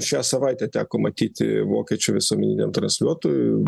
šią savaitę teko matyti vokiečių visuomeniniam transliuotojui